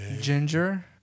ginger